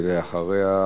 ואחריה,